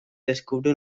descubre